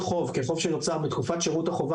אין טעם בריבית הזאת.